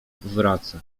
wraca